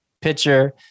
pitcher